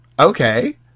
Okay